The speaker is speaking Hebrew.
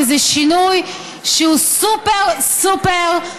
וזה שינוי שהוא סופר-סופר-משמעותי.